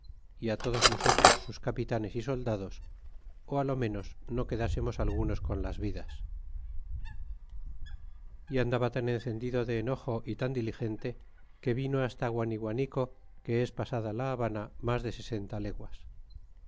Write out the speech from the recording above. y á todos nosotros sus capitanes y soldados ó lo menos no quedásemos algunos con las vidas y andaba tan encendido de enojo y tan diligente que vino hasta guaniguanico que es pasada la habana mas de sesenta leguas